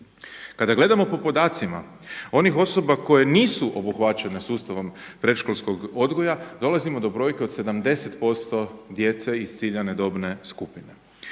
Kada gledamo po podacima onih osoba koje nisu obuhvaćene sustavom predškolskog odgoja dolazimo do brojke od 70% djece iz ciljane dobne skupine.